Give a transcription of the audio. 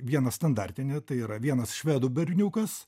vieną standartinį tai yra vienas švedų berniukas